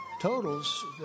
totals